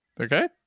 Okay